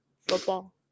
football